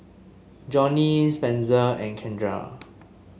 Johny Spenser and Kendra